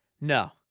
No